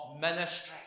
ministry